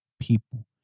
people